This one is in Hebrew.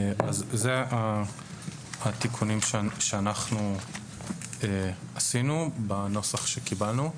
אלה התיקונים שאנחנו עשינו בנוסח שקיבלנו.